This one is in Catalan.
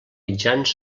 mitjans